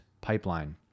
pipeline